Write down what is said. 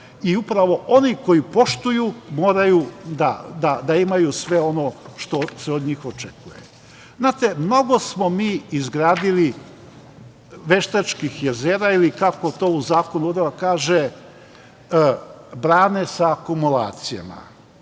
i upravo oni koji poštuju, moraju da imaju sve ono što se od njih očekuje. Znate, mnogo smo mi izgradili veštačkih jezera ili kako se to u zakonu kaže – brane sa akumulacijama. Ja